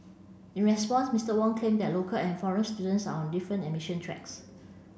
in response Mister Wong claimed that local and foreign students are on different admission tracks